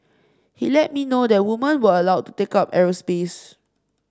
he let me know that women were allowed to take up aerospace